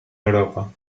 europa